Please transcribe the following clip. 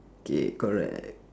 okay correct